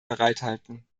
bereithalten